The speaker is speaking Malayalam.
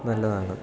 നല്ലതാണ്